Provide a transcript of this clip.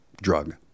drug